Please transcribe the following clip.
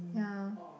ya